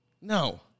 No